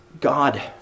God